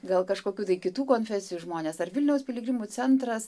gal kažkokių tai kitų konfesijų žmonės ar vilniaus piligrimų centras